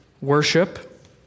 worship